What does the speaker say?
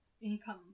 income